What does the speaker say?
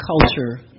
culture